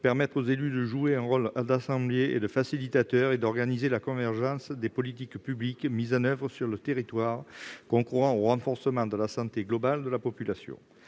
permettre de jouer un rôle d'ensembliers et de facilitateurs et d'organiser la convergence avec les politiques publiques mises en oeuvre sur le territoire et concourant au renforcement de la santé globale de la population.